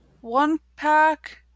one-pack